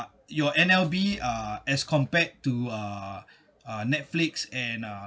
your N_L_B uh as compared to uh uh netflix and uh